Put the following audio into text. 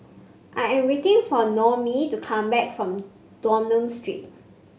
I am waiting for Noemie to come back from Dunlop Street